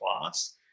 class